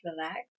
relax